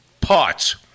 parts